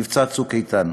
מבצע "צוק איתן".